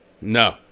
No